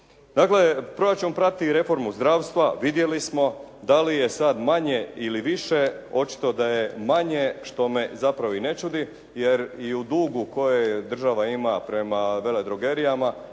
Dakle proračun prati reformu zdravstva vidjeli smo, da li je sada manje ili više, očito da je manje što me zapravo i ne čudi jer i u dugu koje država ima prema veledrogerijama